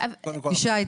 ישי,